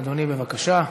אדוני, בבקשה.